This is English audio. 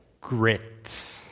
Grit